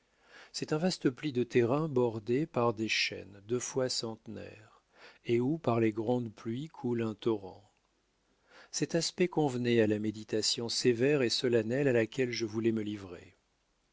c'est un vaste pli de terrain bordé par des chênes deux fois centenaires et où par les grandes pluies coule un torrent cet aspect convenait à la méditation sévère et solennelle à laquelle je voulais me livrer